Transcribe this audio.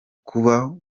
kuba